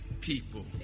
people